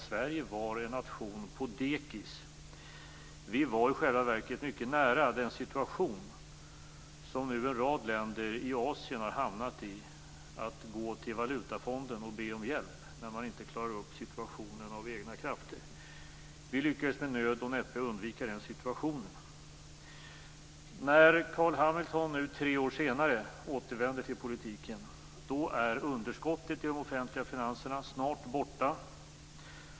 Sverige var en nation på dekis. Vi var i själva verket mycket nära den situation som nu en rad länder i Asien har hamnat i, att behöva gå till Valutafonden och be om hjälp när man inte klarar upp situationen med egna krafter. Vi lyckades med nöd och näppe undvika den situationen. När Carl B Hamilton nu tre år senare återvänder till politiken är underskottet i de offentliga finanserna snart borta.